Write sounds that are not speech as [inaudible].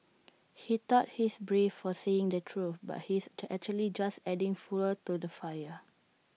he thought he's brave for saying the truth but he's [unintelligible] actually just adding fuel to the fire